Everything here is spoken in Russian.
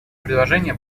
предложение